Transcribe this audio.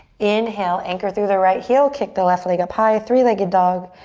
inhale, anchor through the right heel, kick the left leg up high, three-legged dog.